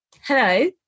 Hello